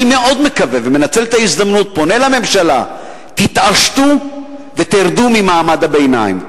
אני מנצל את ההזדמנות ופונה לממשלה: תתעשתו ותרדו ממעמד הביניים.